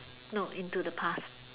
no into the past